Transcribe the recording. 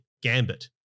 gambit